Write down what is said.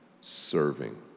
serving